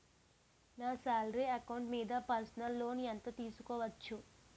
నా salary account మీద personal loan ఎంత తీసుకోవచ్చు?